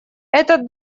этот